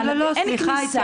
אני, אין כניסה.